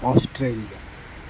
Australia